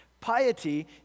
Piety